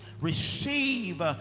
receive